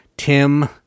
Tim